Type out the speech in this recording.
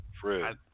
Fred